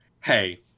hey